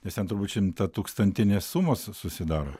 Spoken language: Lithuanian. nes ten turbūt šimtatūkstantinės sumos susidaro